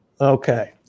okay